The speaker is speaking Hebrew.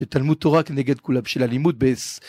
תלמוד תורה נגד כולם של הלימוד ב..